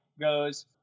goes